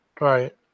right